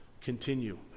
Continue